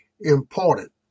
important